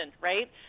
right